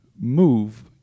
move